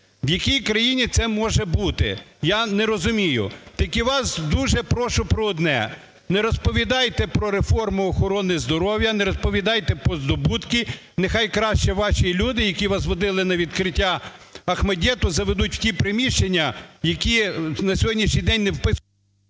В якій країні це може бути, я не розумію? Тільки вас дуже прошу про одне, не розповідайте про реформу охорони здоров'я, не розповідайте про здобутки, нехай краще ваші люди, які вас водили на відкриття "ОХМАДИТу" заведуть в ті приміщення, які на сьогоднішній день не…